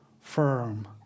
firm